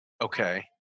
okay